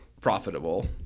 profitable